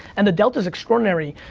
and the delta's extraordinary.